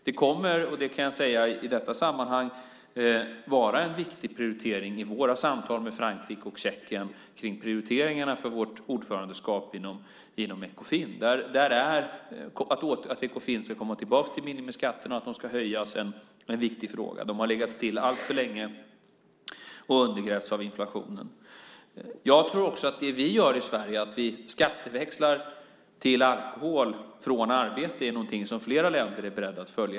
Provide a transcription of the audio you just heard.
Det kommer - det kan jag säga i detta sammanhang - att vara en viktig prioritering i våra samtal med Frankrike och Tjeckien kring prioriteringarna för vårt ordförandeskap. Att Ekofin ska komma tillbaka till minimiskatterna och att de ska höjas är en viktig fråga. De har legat stilla alltför länge och undergrävts av inflationen. Jag tror också att det vi gör i Sverige, att vi skatteväxlar till alkohol från arbete, är någonting som flera länder är beredda att följa.